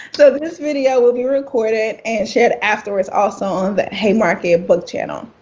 so this video will be recorded and shared afterwards, also, on the haymarket book channel.